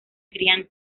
crían